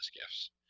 gifts